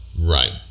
Right